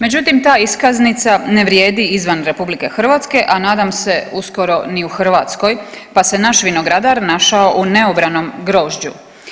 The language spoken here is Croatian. Međutim ta iskaznica ne vrijedi izvan RH, a nadam se uskoro ni u Hrvatskoj pa se naš vinogradar našao u neobranom grožđu.